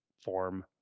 form